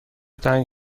تنگ